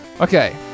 Okay